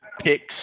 picks